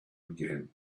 again